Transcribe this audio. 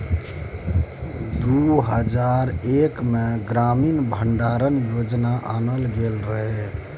दु हजार एक मे ग्रामीण भंडारण योजना आनल गेल रहय